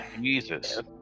Jesus